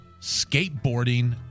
skateboarding